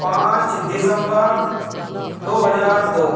پانچ دسمبر دو ہزار دو